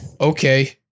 okay